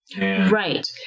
Right